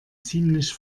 ziemlich